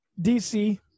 dc